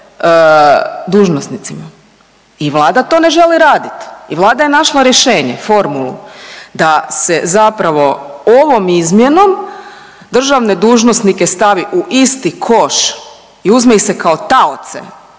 i Vlada to ne želi raditi i Vlada je našla rješenje. Formulu. Da se zapravo ovom izmjenom državne dužnosnike stavi u isti koš i uzme ih se kao taoce